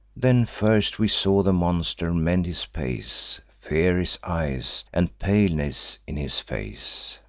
then first we saw the monster mend his pace fear his eyes, and paleness in his face,